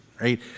right